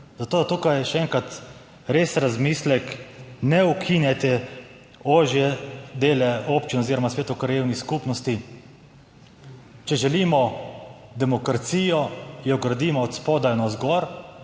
Zato tukaj še enkrat res v razmislek, ne ukinjajte ožjih delov občin oziroma svetov krajevnih skupnosti. Če želimo demokracijo, jo gradimo od spodaj navzgor